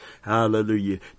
Hallelujah